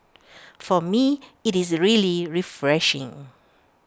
for me IT is really refreshing